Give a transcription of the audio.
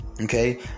Okay